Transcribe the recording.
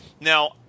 Now